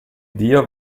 dio